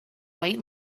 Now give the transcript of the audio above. white